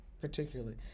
particularly